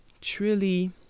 truly